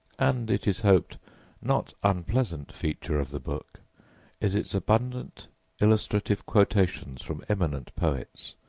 and it is hoped not unpleasant, feature of the book is its abundant illustrative quotations from eminent poets,